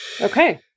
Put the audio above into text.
Okay